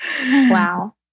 Wow